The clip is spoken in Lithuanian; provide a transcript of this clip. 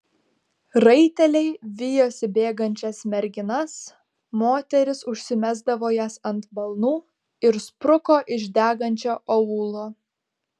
raiteliai vijosi bėgančias merginas moteris užsimesdavo jas ant balnų ir spruko iš degančio aūlo